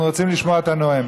אנחנו רוצים לשמוע את הנואם.